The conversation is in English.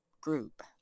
group